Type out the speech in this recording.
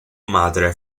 madre